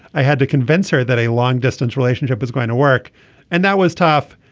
i had to convince her that a long distance relationship was going to work and that was tough.